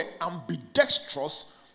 ambidextrous